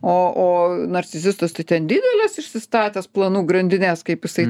o o narcisistas tai ten dideles išsistatęs planų grandines kaip jisai